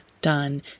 done